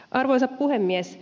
arvoisa puhemies